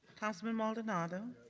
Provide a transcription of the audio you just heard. councilman maldonado.